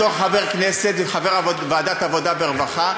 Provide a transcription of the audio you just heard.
בתור חבר כנסת וחבר ועדת עבודה ורווחה,